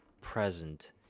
present